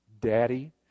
Daddy